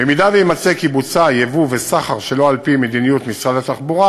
במידה שיימצא כי בוצעו ייבוא וסחר שלא על-פי מדיניות משרד התחבורה,